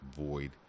void